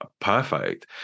perfect